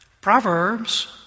Proverbs